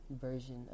version